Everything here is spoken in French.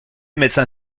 médecin